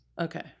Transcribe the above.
Okay